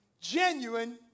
Genuine